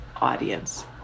audience